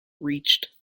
reached